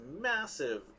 massive